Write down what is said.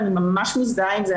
ואני ממש מזדהה עם זה.